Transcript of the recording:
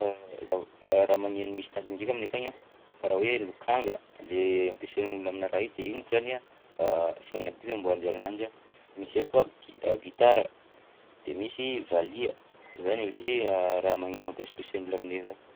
Zava- raha magneno misy tadiny ndraika aminay akagny a karaha hoe lokanga le ampiasain'olona aminà raha i de iny monko zany a sinina bi amboarin-jareo ananjy a; misy hoe koa gi- gitara, de misy valiha, zany aby si raha magneno ampesampesan'olona aminay akagny.